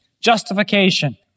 justification